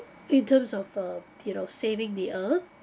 in terms of um you know saving the earth